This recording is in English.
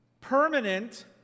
permanent